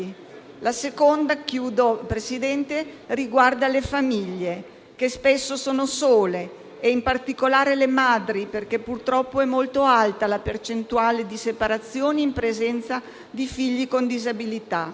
La seconda priorità riguarda le famiglie, che spesso sono sole, e in particolare le madri, perché purtroppo è molto alta la percentuale di separazioni in presenza di figli con disabilità.